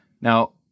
Now